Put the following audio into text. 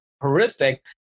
horrific